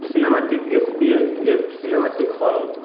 cinematic S V F cinematic hall